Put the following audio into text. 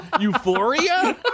euphoria